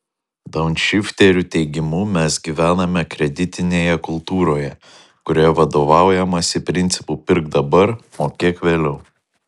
daunšifterių teigimu mes gyvename kreditinėje kultūroje kurioje vadovaujamasi principu pirk dabar mokėk vėliau